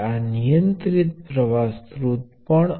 આનો અર્થ શું થાય છે 2 કિલો ઓહ્મ ગુણ્યા 0